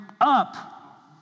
up